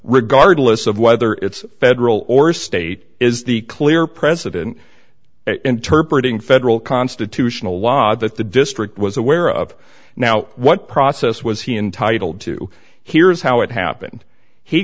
regardless of whether it's federal or state is the clear president interpret in federal constitutional law that the district was aware of now what process was he in titled to here's how it happened he